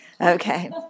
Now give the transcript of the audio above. Okay